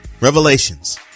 Revelations